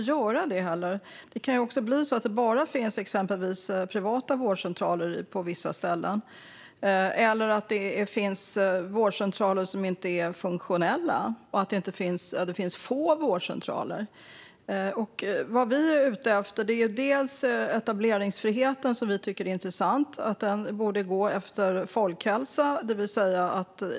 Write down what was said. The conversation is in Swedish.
Det kan exempelvis bli så på vissa ställen att det bara finns privata vårdcentraler, att det finns vårdcentraler som inte är funktionella eller att det finns få vårdcentraler. Etableringsfriheten tycker vi är intressant. Den borde gå efter folkhälsan.